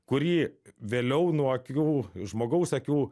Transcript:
kurį vėliau nuo akių žmogaus akių